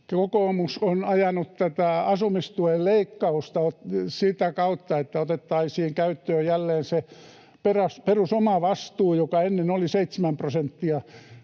Kokoomus on ajanut tätä asumistuen leikkausta sitä kautta, että otettaisiin käyttöön jälleen se perusomavastuu, joka ennen oli seitsemän prosenttia.